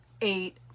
eight